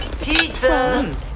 Pizza